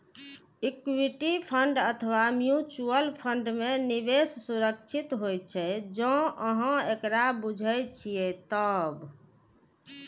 equity fund अथवा mutual fund मे निवेश सुरक्षित होइ छै, जौं अहां एकरा बूझे छियै तब